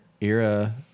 era